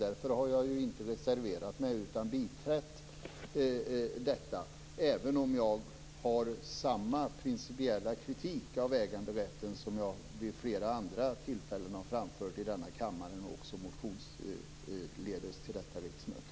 Därför har jag inte reserverat mig, utan biträtt detta - även om jag har samma principiella kritik av äganderätten som jag vid flera andra tillfällen har framfört i denna kammare och också genom motioner till detta riksmöte.